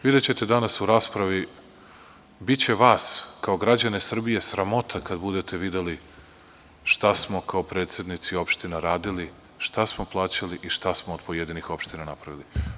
Videćete danas u raspravi, biće vas, kao građane Srbije, sramota kada budete videli šta smo kao predsednici opština radili, šta smo plaćali i šta smo od pojedinih opština napravili.